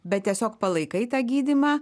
bet tiesiog palaikai tą gydymą